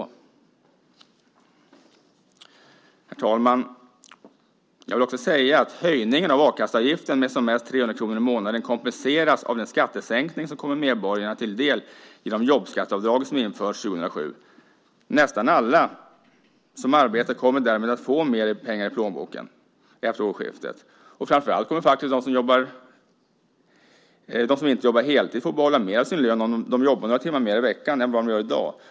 Herr talman! Jag vill också säga att höjningen av a-kasseavgiften med som mest 300 kr i månaden kompenseras av den skattesänkning som kommer medborgarna till del genom jobbskatteavdraget som införs 2007. Nästan alla som arbetar kommer därmed att få mer pengar i plånboken efter årsskiftet. Framför allt kommer faktiskt de som inte jobbar heltid att få behålla mer av sin lön om de jobbar några timmar mer i veckan än de gör i dag.